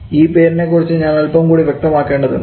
ഈ പേരിനെക്കുറിച്ച് ഞാൻ അല്പം കൂടി വ്യക്തമാക്കേണ്ടതുണ്ട്